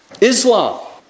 Islam